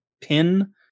pin